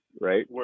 right